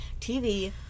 TV